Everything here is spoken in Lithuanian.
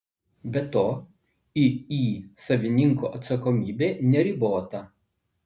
be to iį savininko atsakomybė neribota